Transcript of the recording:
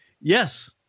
Yes